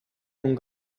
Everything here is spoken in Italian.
con